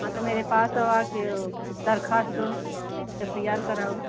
हाँ तो मेरे पास आकर दरख़्वास्त दो एफ आई आर कराओ